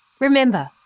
Remember